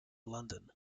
london